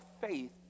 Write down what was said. faith